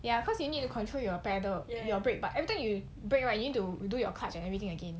ya cause you need to control your paddle your break but everytime you break right you need to do your cards and everything again